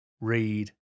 read